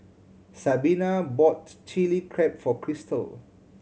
Sabina bought Chilli Crab for Cristal